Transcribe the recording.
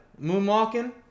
Moonwalking